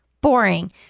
boring